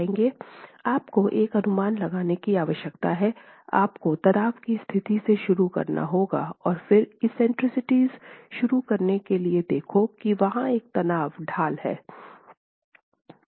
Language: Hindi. आपको एक अनुमान लगाने की आवश्यकता है आपको तनाव की स्थिति से शुरू करना होगा और फिर एक्सेंट्रिसिटिज़ शुरू करने के लिए देखो कि वहाँ एक तनाव ढाल हैं